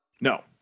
No